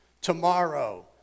tomorrow